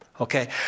okay